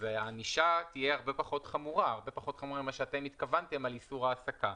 הענישה תהיה הרבה פחות חמורה מכפי שאתם התכוונתם על איסור העסקה.